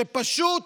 שפשוט,